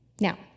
Now